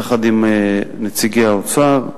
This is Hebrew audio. יחד עם נציגי האוצר,